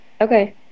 okay